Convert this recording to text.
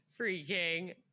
freaking